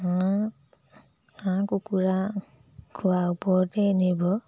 হাঁহ হাঁহ কুকুৰা খোৱাৰ ওপৰতে নিৰ্ভৰ